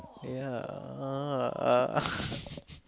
ya ah